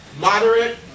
moderate